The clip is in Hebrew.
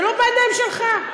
זה לא בידיים שלך.